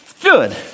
Good